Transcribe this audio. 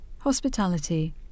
Hospitality